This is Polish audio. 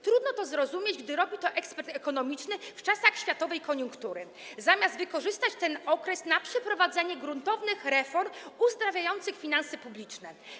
Trudno to zrozumieć, gdy robi to ekspert ekonomiczny w czasach światowej koniunktury, zamiast wykorzystać ten okres na przeprowadzenie gruntownych reform uzdrawiających finanse publiczne.